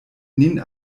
nin